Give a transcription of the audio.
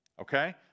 Okay